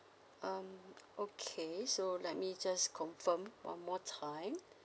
um okay so let me just confirm one more time